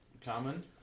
common